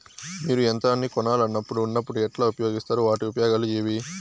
మీరు యంత్రాన్ని కొనాలన్నప్పుడు ఉన్నప్పుడు ఎట్లా ఉపయోగిస్తారు వాటి ఉపయోగాలు ఏవి?